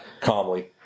Calmly